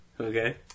okay